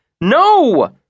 No